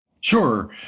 Sure